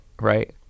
right